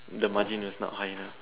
the margin is not high enough